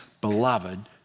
beloved